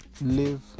live